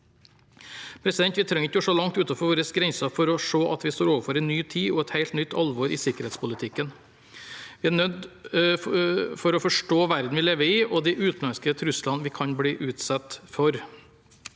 Vi trenger ikke å se langt utenfor våre grenser for å se at vi står overfor en ny tid og et helt nytt alvor i sikkerhetspolitikken. Vi er nødt til å forstå verden vi lever i, og de utenlandske truslene vi kan bli utsatt for.